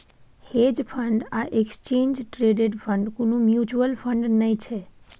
hedge fund आ exchange traded fund कुनु mutual fund नै छै